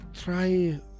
Try